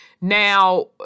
Now